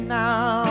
now